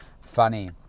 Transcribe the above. funny